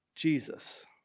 Jesus